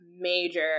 major